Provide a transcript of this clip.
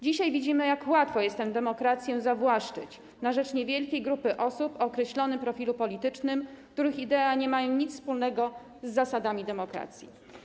Dzisiaj widzimy, jak łatwo jest tę demokrację zawłaszczyć na rzecz niewielkiej grupy osób o określonym profilu politycznym, których idee nie mają nic wspólnego z zasadami demokracji.